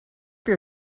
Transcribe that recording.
your